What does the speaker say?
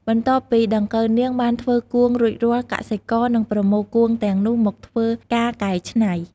បន្ទាប់ពីដង្កូវនាងបានធ្វើគួងរួចរាល់ កសិករនឹងប្រមូលគួងទាំងនោះមកធ្វើការកែច្នៃ។